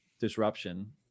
disruption